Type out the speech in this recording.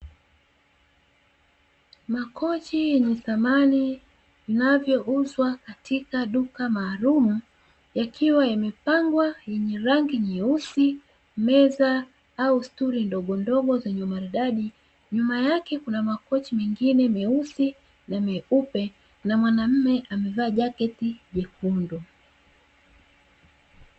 Makochi yenye thamani vinavouzwa katika duka maalumu, yakiwa yamepangwa yenye rangi nyeusi, meza au stuli ndogondogo zenye umaridadi. Nyuma yake kuna makochi mengine meusi na meupe, na mwanaume amevaa jaketi jekundu.